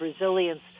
resilience